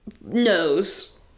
knows